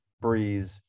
Breeze